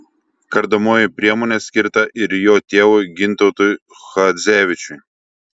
kardomoji priemonė skirta ir jo tėvui gintautui chadzevičiui